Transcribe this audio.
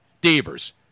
Devers